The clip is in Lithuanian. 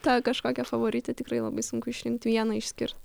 ta kažkokią favoritę tikrai labai sunku išrinkti vieną išskirti